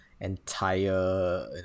entire